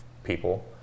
People